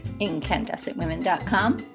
incandescentwomen.com